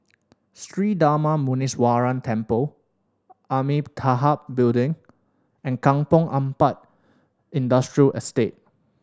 Sri Darma Muneeswaran Temple Amitabha Building and Kampong Ampat Industrial Estate